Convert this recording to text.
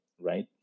right